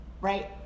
right